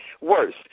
worse